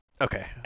Okay